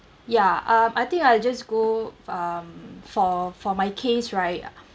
ya um I think I'll just go f~ um for for my case right